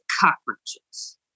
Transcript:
cockroaches